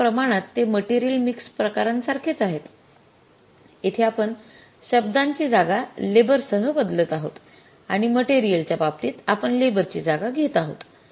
मोठ्या प्रमाणात ते मटेरियल मिक्स प्रकारांसारखेच आहेत येथे आपण शब्दांची जागा लेबर सह बदलत आहोत आणि मटेरीयल च्या बाबतीत आपण लेबर ची जागा घेत आहोत